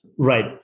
Right